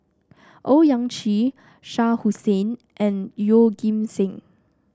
Owyang Chi Shah Hussain and Yeoh Ghim Seng